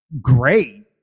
Great